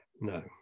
No